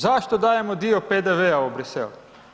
Zašto dajemo dio PDV-a u Bruxelles?